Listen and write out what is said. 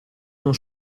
non